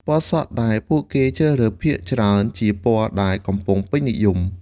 ពណ៌សក់ដែលពួកគេជ្រើសរើសភាគច្រើនជាពណ៌ដែលកំពុងពេញនិយម។